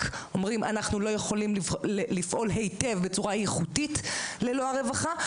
אומרים "אנחנו לא יכולים לפעול היטב בצורה איכותית ללא הרווחה".